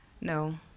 No